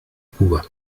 cuba